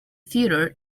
theater